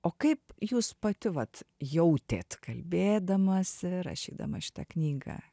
o kaip jūs pati vat jautėt kalbėdamasi rašydama šitą knygą